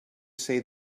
say